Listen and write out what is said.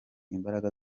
imbaraga